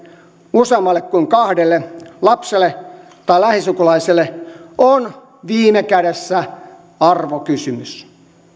useammalle kuin kahdelle lapselle tai lähisukulaisille on viime kädessä arvokysymys